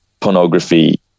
pornography